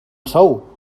sou